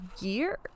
year